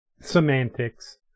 semantics